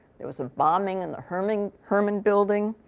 there was a bombing in the herman herman building,